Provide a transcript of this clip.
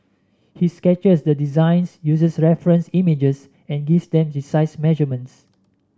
he sketches the designs uses reference images and gives them precise measurements